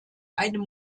einem